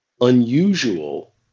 unusual